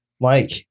Mike